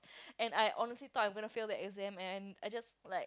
and I honestly thought I was going to fail that exam and I just like